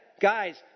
Guys